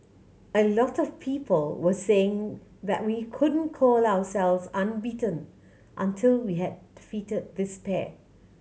a lot of people were saying that we couldn't call ourselves unbeaten until we had defeated this pair